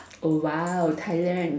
oh !wow! tilione